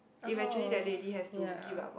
oh ya